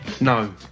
No